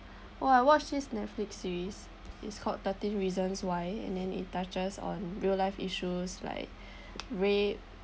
!wow! I watch this netflix series it's called thirteen reasons why and then it touches on real life issues like rape